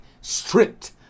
stripped